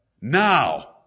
now